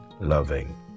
loving